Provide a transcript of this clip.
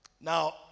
now